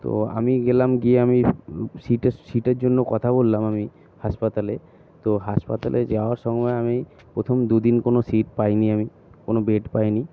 তো আমি গেলাম গিয়ে আমি সিটে সিটের জন্য কথা বললাম আমি হাসপাতালে তো হাসপাতালে যাওয়ার সময় আমি প্রথম দুদিন কোনও সিট পাই নি আমি কোনও বেড পাই নি